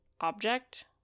object